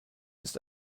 ist